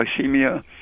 Hypoglycemia